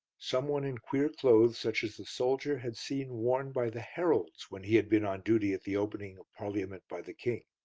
someone in queer clothes such as the soldier had seen worn by the heralds when he had been on duty at the opening of parliament by the king.